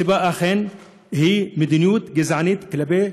הסיבה היא מדיניות גזענית כלפי